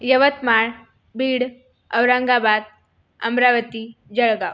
Yavatmal Beed Aurangabad Amravati Jalgaon